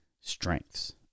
strengths